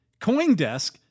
Coindesk